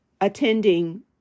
attending